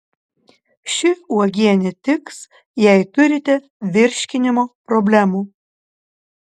ši uogienė tiks jei turite virškinimo problemų